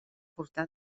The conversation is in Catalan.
portar